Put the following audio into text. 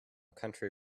country